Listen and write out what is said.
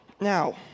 now